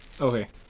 Okay